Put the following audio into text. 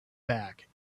back